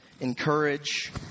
encourage